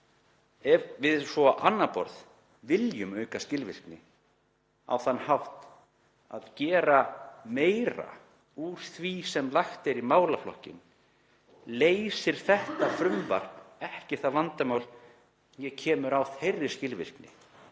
viljum svo á annað borð auka skilvirkni á þann hátt að gera meira úr því sem lagt er í málaflokkinn þá leysir þetta frumvarp ekkert vandamál né kemur á þeirri skilvirkni.